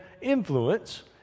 influence